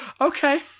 okay